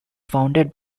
founded